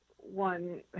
one